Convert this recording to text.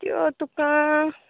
त्यो तुका